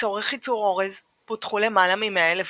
לצורך ייצור אורז פותחו למעלה מ-100,000 דונם.